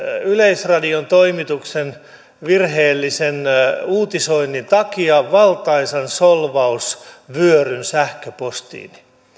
yleisradion toimituksen virheellisen uutisoinnin takia valtaisan solvausvyöryn sähköpostiini